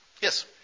Yes